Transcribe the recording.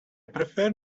prefer